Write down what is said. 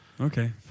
Okay